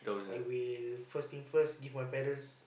I will first thing first give my parents